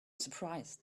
surprised